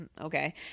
okay